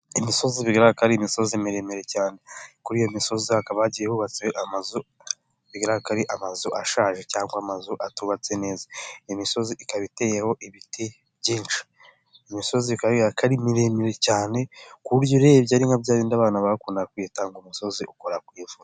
imisozi bigaragara ko ari imisozi miremire cyane, kuri iyo misozi hakaba hagiye hubatse amazu bigaragara ko ari amazu ashaje cyangwa amazu atubatse neza. Imisozi ikaba iteyeho ibiti byinshi, imisozi ikaba ari miremire cyane ku buryo iyo urebye ari nka byabindi abana bakundaga kuyita ngo ''umusozi ukora ku ijuru''.